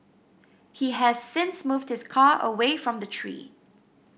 he has since moved his car away from the tree